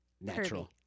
natural